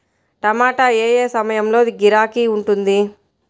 టమాటా ఏ ఏ సమయంలో గిరాకీ ఉంటుంది?